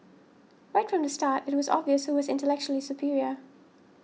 right from the start it was obvious who was intellectually superior